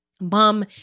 Mom